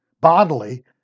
bodily